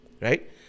Right